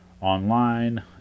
online